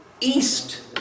east